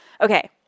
Okay